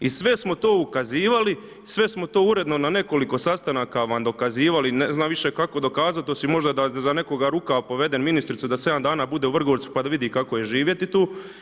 I sve smo to ukazivali, sve smo to uredno na nekoliko sastanaka vam dokazivali, ne znam više kako dokazati, osim možda da nekoga za rukav povedem ministricu da 7 dana bude u Vrgorcu pa da vidi kako je živjeti tu.